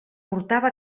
portava